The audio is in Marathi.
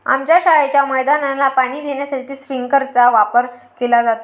आमच्या शाळेच्या मैदानाला पाणी देण्यासाठी स्प्रिंकलर चा वापर केला जातो